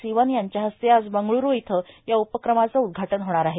सिवन यांच्या हस्ते आज बंगळ्रू इथं या उपक्रमाचं उद्घाटन होणार आहे